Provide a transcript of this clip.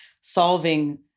solving